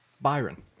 Byron